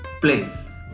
place